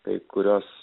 kai kurios